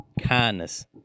kindness